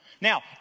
Now